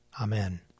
Amen